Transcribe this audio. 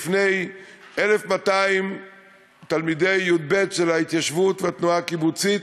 להופיע בפני 1,200 תלמידי י"ב של ההתיישבות והתנועה הקיבוצית,